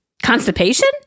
Constipation